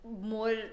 more